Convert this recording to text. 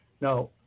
Now